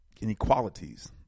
inequalities